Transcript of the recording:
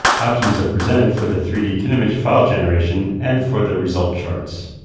options are presented for the three d kinemage file generation and for the result charts.